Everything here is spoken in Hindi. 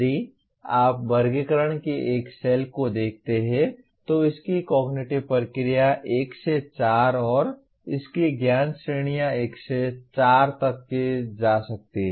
यदि आप वर्गीकरण की एक सेल को देखते हैं तो इसकी कॉग्निटिव प्रक्रिया 1 से 6 और इसकी ज्ञान श्रेणी 1 से 4 तक की जा सकती है